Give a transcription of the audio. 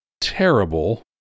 terrible